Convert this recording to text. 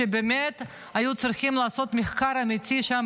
שבאמת היו צריכים לעשות מחקר אמיתי שם,